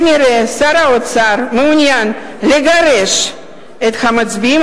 כנראה שר האוצר מעוניין לגרש את המצביעים